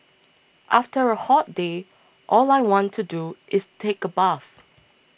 after a hot day all I want to do is take a bath